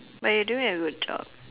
but you're doing a good job